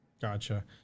gotcha